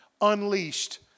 unleashed